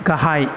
गाहाय